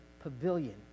pavilion